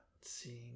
seeing